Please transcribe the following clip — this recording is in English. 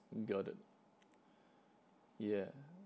got it yeah